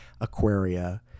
Aquaria